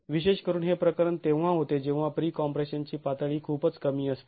विशेष करून हे प्रकरण तेव्हा होते जेव्हा प्री कॉम्प्रेशन ची पातळी खूपच कमी असते